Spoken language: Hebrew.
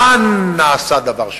כאן נעשה דבר שונה.